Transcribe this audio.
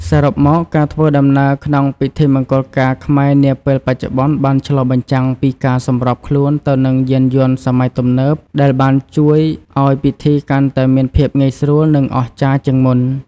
សរុបមក ការធ្វើដំណើរក្នុងពិធីមង្គលការខ្មែរនាពេលបច្ចុប្បន្នបានឆ្លុះបញ្ចាំងពីការសម្របខ្លួនទៅនឹងយានយន្តសម័យទំនើបដែលបានជួយឱ្យពិធីកាន់តែមានភាពងាយស្រួលនិងអស្ចារ្យជាងមុន។